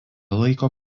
laiko